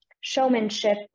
showmanship